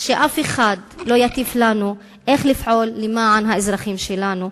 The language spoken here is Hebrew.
שאף אחד לא יטיף לנו איך לפעול למען האזרחים שלנו,